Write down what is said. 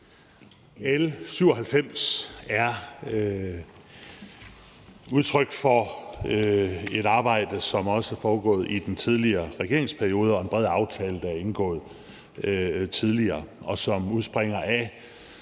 L 97 er udtryk for et arbejde, som også er foregået i den tidligere regeringsperiode, og en bred aftale, der er indgået tidligere, og som bl.a. udspringer af